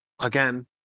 again